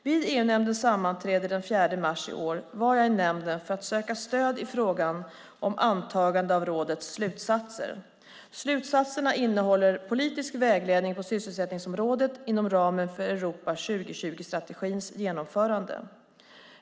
Vid EU-nämndens sammanträde den 4 mars i år var jag i nämnden för att söka stöd i frågan om antagande av rådets slutsatser. Slutsatserna innehåller politisk vägledning på sysselsättningsområdet inom ramen för Europa 2020-strategins genomförande.